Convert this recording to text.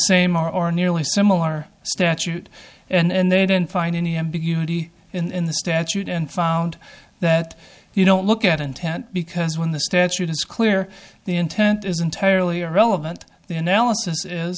same or or nearly similar statute and they didn't find any ambiguity in the statute and found that you don't look at intent because when the statute is clear the intent is entirely irrelevant